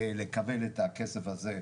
לקבל את הכסף הזה,